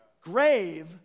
Grave